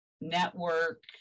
network